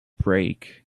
break